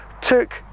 took